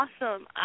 Awesome